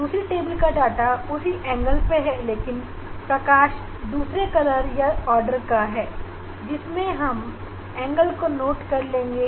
दूसरी टेबल मैं हम डिफ़्रैक्शन का कोण निकालने के लिए आवश्यक जानकारी को नाप कर लिखेंगे